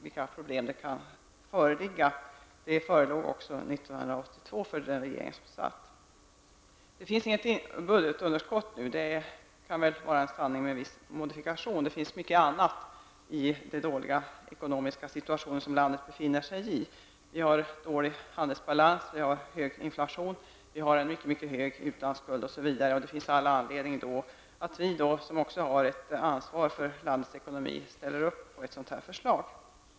Samma problem hade regeringen år 1982. Att vi inte nu har något budgetunderskott är en sanning med viss modifikation. Med tanke på landets dåliga ekonomiska situation har vi många andra problem att brottas med. Vi har dålig handelsbalans, hög inflation, en mycket hög utlandsskuld osv. Det finns all anledning att vi som också har ett ansvar för landets ekonomi ställer upp på ett sådant här förslag.